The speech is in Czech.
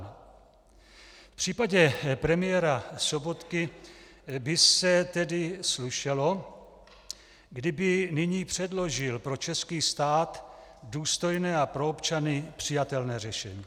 V případě premiéra Sobotky by se tedy slušelo, kdyby nyní předložil pro český stát důstojné a pro občany přijatelné řešení.